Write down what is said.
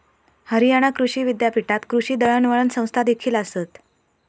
हरियाणा कृषी विद्यापीठात कृषी दळणवळण संस्थादेखील आसत